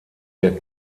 der